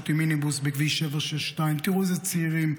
עם מיניבוס בכביש 762. תראו איזה צעירים.